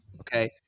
Okay